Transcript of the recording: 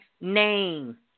name